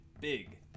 big